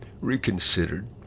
Reconsidered